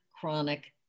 chronic